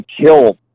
kill